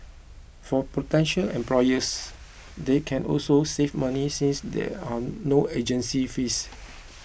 for potential employers they can also save money since there are no agency fees